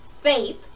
faith